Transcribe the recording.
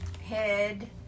head